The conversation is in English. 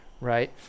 right